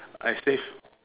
I saved